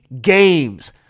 games